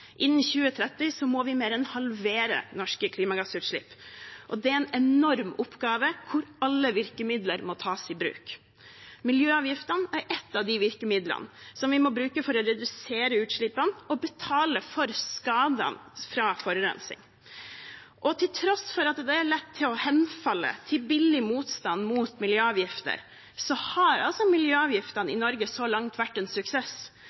Innen 2030 må vi mer enn halvere norske klimagassutslipp. Det er en enorm oppgave, hvor alle virkemidler må tas i bruk. Miljøavgiftene er et av de virkemidlene som vi må bruke for å redusere utslippene og betale for skadene fra forurensning. Til tross for at det er lett å henfalle til billig motstand mot miljøavgifter, har altså miljøavgiftene i Norge så langt vært en suksess